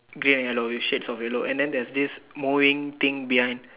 grey and yellow with shades of yellow and then there's this mowing thing behind